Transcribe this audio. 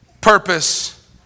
purpose